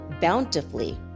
bountifully